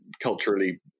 culturally